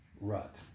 rut